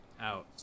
out